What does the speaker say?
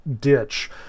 ditch